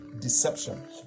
deception